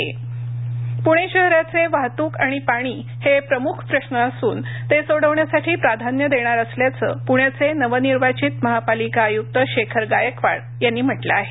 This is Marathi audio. आयुक्त पुणे शहराचे वाहतूक आणि पाणी हे प्रमुख प्रश्र असून ते सोडवण्यासाठी प्राधान्य देणार असल्याचं पुण्याचे नवनिर्वाचित महापालिका आय़्क्त शेखर गायकवाड यांनी म्हटलं आहे